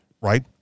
right